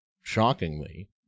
shockingly